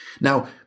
Now